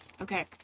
Okay